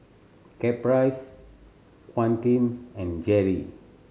Caprice Quentin and Jerry